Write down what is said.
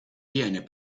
viene